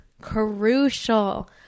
crucial